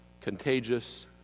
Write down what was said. contagious